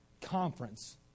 conference